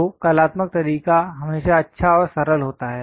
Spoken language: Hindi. तो कलात्मक तरीका हमेशा अच्छा और सरल होता है